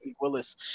Willis